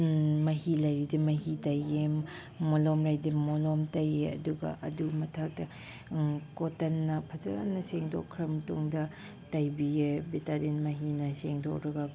ꯃꯍꯤ ꯂꯩꯔꯗꯤ ꯃꯍꯤ ꯇꯩꯌꯦ ꯃꯣꯂꯣꯝ ꯂꯩꯔꯗꯤ ꯃꯣꯂꯣꯝ ꯇꯩꯌꯦ ꯑꯗꯨꯒ ꯑꯗꯨꯒꯤ ꯃꯊꯛꯇ ꯀꯣꯇꯟꯅ ꯐꯖꯅ ꯁꯦꯡꯗꯣꯛꯈ꯭ꯔ ꯃꯇꯨꯡꯗ ꯇꯩꯕꯤꯌꯦ ꯕꯤꯇꯥꯗꯤꯟ ꯃꯍꯤꯅ ꯁꯦꯡꯗꯣꯛꯂꯒ